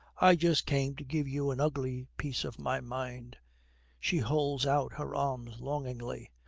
i just came to give you an ugly piece of my mind she holds out her arms longingly.